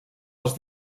els